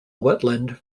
wetland